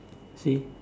see